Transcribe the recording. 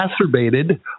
exacerbated